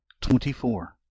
Twenty-four